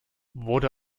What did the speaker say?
wurde